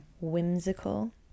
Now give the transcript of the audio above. whimsical